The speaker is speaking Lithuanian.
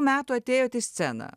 metų atėjot į sceną